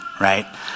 right